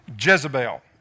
Jezebel